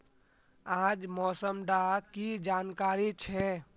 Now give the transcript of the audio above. आज मौसम डा की जानकारी छै?